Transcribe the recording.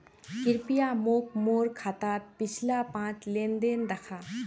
कृप्या मोक मोर खातात पिछला पाँच लेन देन दखा